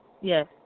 Yes